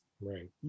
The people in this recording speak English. Right